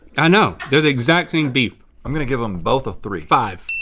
i know, they're the exact same beef. i'm gonna give em both a three. five.